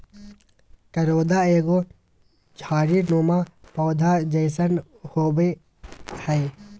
करोंदा एगो झाड़ी नुमा पौधा जैसन होबो हइ